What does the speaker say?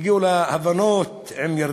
מה, אסור ליהודים, הגיעו להבנות עם ירדן,